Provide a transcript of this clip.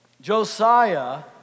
Josiah